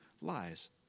lies